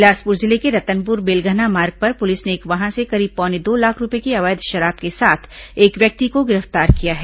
बिलासपुर जिले के रतनपुर बेलगइना मार्ग पर पुलिस ने एक वाहन से करीब पौने दो लाख रूपए की अवैध शराब के साथ एक व्यक्ति को गिरफ्तार किया है